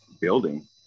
building